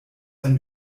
ein